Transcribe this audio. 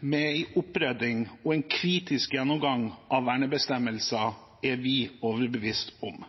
med en opprydding og en kritisk gjennomgang av vernebestemmelser, er vi overbevist om.